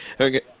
Okay